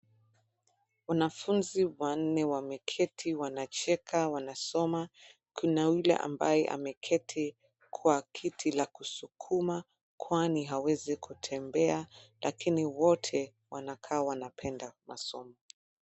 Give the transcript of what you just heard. Wanafunzi wanne wameketi, wanacheka, wanasoma, kuna ule ambaye ameketi, kwa kiti la kusukuma, kwani hawawezi kutembea, lakini wote, wanakaa wanapenda masomo.